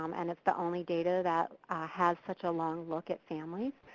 um and its the only data that has such a long look at families.